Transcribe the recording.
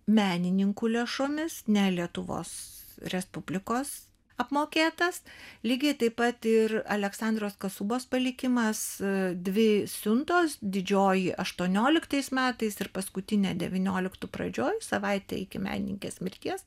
menininkų lėšomis ne lietuvos respublikos apmokėtas lygiai taip pat ir aleksandros kasubos palikimas dvi siuntos didžioji aštuonioliktais metais ir paskutinė devynioliktų pradžioj savaitę iki menininkės mirties